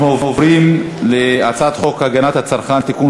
אנחנו עוברים להצעת חוק הגנת הצרכן (תיקון,